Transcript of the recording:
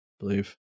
Believe